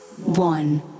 one